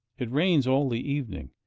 it rains all the evening,